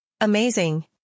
Amazing